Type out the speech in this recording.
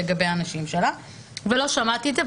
המשטרה לגבי האנשים שלה ולא שמעתי את זה.